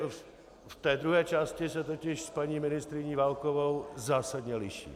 Ve druhé části se totiž s paní ministryní Válkovou zásadně liším.